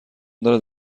دارد